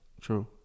True